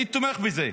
הייתי תומך בזה.